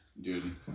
dude